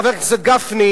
חבר הכנסת גפני,